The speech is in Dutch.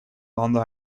landde